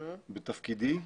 בתפקידי,